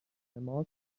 ماست